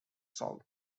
south